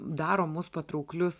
daro mus patrauklius